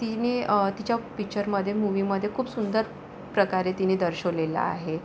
तिने तिच्या पिक्चरमध्ये मूवीमध्ये खूप सुंदर प्रकारे तिने दर्शवलेलं आहे